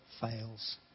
fails